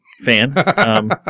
fan